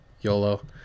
Yolo